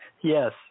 Yes